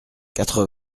quatre